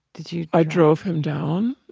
did you i drove him down.